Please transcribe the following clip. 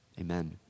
Amen